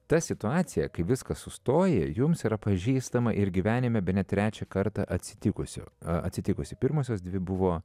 ta situacija kai viskas sustoja jums yra pažįstama ir gyvenime bene trečią kartą atsitikusiu atsitikusi pirmosios dvi buvo